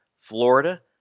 Florida